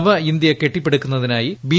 നവ ഇന്ത്യ കെട്ടിപ്പടുക്കുന്നതിനായി ബി